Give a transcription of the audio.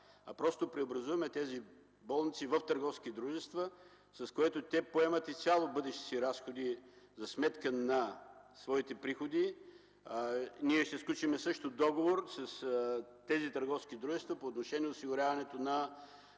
а просто преобразуваме тези болници в търговски дружества, с което те поемат изцяло бъдещите си разходи за сметка на своите приходи. Ние ще сключим също договор с тези търговски дружества по отношение осигуряването на